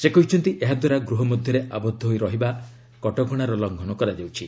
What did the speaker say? ସେ କହିଛନ୍ତି ଏହାଦ୍ୱାରା ଗୃହ ମଧ୍ୟରେ ଆବଦ୍ଧ ହୋଇ ରହିବା କ ଟକଶାର ଲଙ୍ଘନ କରାଯାଉଛି